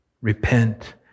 Repent